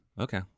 Okay